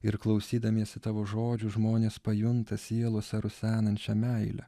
ir klausydamiesi tavo žodžių žmonės pajunta sielose rusenančią meilę